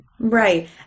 Right